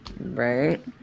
Right